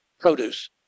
produce